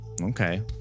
Okay